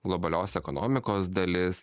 globalios ekonomikos dalis